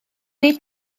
nid